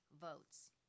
votes